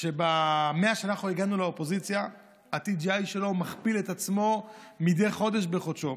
שמאז שאנחנו הגענו לאופוזיציה ה-TGI שלו מכפיל את עצמו מדי חודש בחודשו.